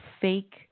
fake